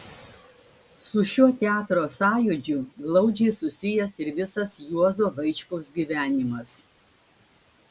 su šiuo teatro sąjūdžiu glaudžiai susijęs ir visas juozo vaičkaus gyvenimas